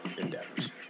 endeavors